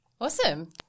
Awesome